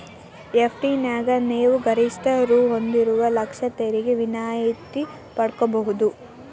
FD ನ್ಯಾಗ ನೇವು ಗರಿಷ್ಠ ರೂ ಒಂದುವರೆ ಲಕ್ಷ ತೆರಿಗೆ ವಿನಾಯಿತಿ ಪಡ್ಕೊಬಹುದು